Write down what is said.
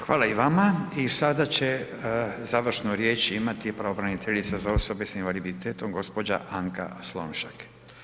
Hvala i vama i sada će završno riječ imati pravobraniteljica za osobe s invaliditetom, gđa. Anka Slonjšak.